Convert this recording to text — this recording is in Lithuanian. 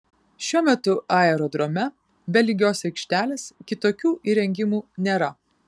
šiuo metu aerodrome be lygios aikštelės kitokių įrengimų nėra